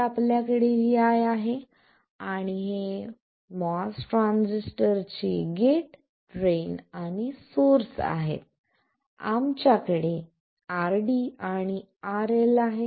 तर आपल्याकडे vi आहे आणि हे MOS ट्रान्झिस्टरचे गेट ड्रेन आणि सोर्स आहे आमच्याकडे RD आणि RL आहे